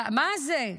מה זה?